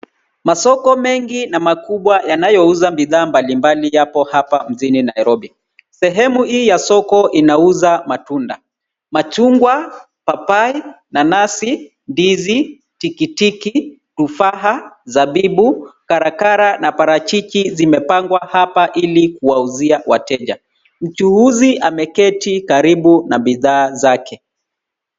Masoko mengi na makubwa yanayouza bidhaa mbalimbali yapo hapa mjini Nairobi. Sehemu hii ya soko inauza matunda. Machungwa, papai, nanasi, ndizi, tikitiki, tufaha, zabibu, karakara na parachichi zimepangwa hapa ili kuwauzia wateja. Mchuuzi ameketi karibu na bidhaa zake.